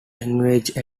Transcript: language